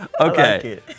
Okay